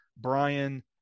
Brian